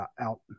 out